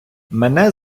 мене